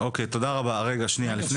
עוד שתי